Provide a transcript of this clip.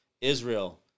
Israel